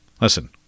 Listen